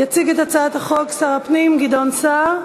יציג את הצעת החוק שר הפנים גדעון סער.